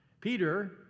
Peter